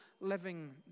living